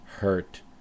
hurt